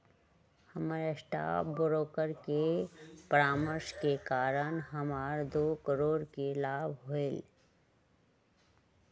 हमर stock broker के परामर्श के कारण हमरा दो करोड़ के लाभ होलय